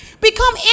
Become